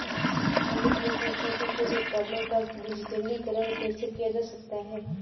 अमित ने पूछा कि कृषि उत्पादों का डिजिटलीकरण कैसे किया जा सकता है?